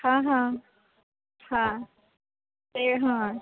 ହଁ ହଁ ହଁ ସେୟା ହଁ